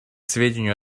сведению